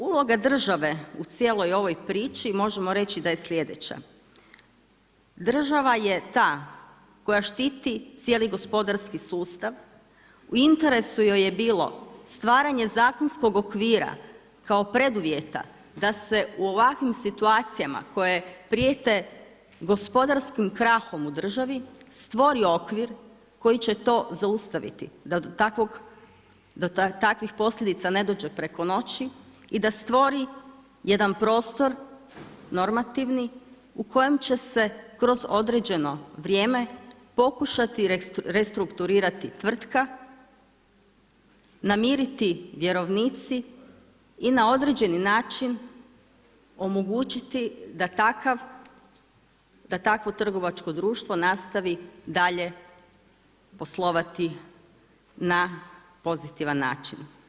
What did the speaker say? Uloga države u cijeloj ovoj priči možemo reći da je sljedeća, država je ta koja štiti cijeli gospodarski sustav u interesu joj je bilo stvaranje zakonskog okvira kao preduvjeta da se u ovakvim situacijama koje prijete gospodarskim krahom u državi stvori okvir koji će to zaustaviti da do takvih posljedica ne dođe preko noći i da stvori jedan normativni prostor u kojem će se kroz određeno vrijeme pokušati restrukturirati tvrtka, namiriti vjerovnici i na određeni način omogućiti da takvo trgovačko društvo nastavi dalje poslovati na pozitivan način.